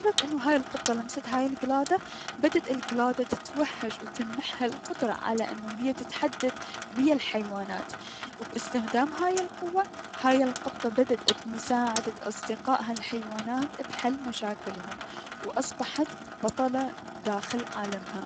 بمجرد انو هاي القطة لمست هاي الكلادة، بدت الكلادة تتوهج و تمنحها القدرة على انو هي تتحدث ويا الحيوانات و بأستخدام هاي القوة هاي القطة بدت بمساعدة اصدقاها الحيوانات بحل مشاكلهم و اصبحت بطلة داخل عالمها.